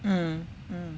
mmhmm